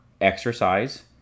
exercise